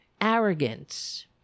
arrogance